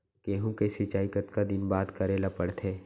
गेहूँ के सिंचाई कतका दिन बाद करे ला पड़थे?